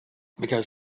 because